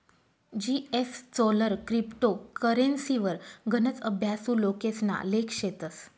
जीएसचोलर क्रिप्टो करेंसीवर गनच अभ्यासु लोकेसना लेख शेतस